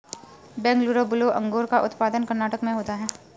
Bengaluru blue अंगूर का उत्पादन कर्नाटक में होता है